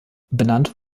benannt